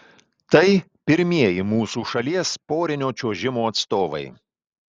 tai pirmieji mūsų šalies porinio čiuožimo atstovai